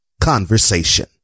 conversation